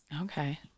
Okay